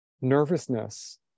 nervousness